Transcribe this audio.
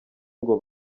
ngo